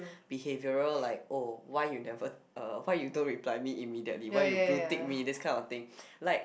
behavioral like oh why you never uh why you don't reply me immediately why you blue tick me this kind of thing like